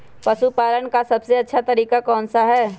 पशु पालन का सबसे अच्छा तरीका कौन सा हैँ?